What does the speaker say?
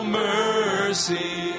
mercy